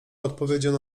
odpowiedział